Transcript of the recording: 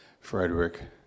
Frederick